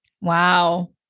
Wow